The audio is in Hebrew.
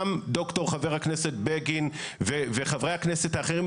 גם ד"ר חבר הכנסת בגין וחברי הכנסת האחרים,